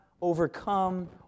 overcome